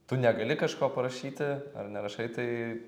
tu negali kažko parašyti ar nerašai tai